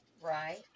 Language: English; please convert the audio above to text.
Right